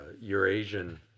Eurasian